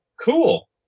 cool